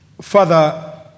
Father